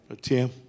Tim